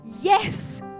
yes